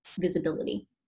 visibility